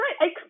right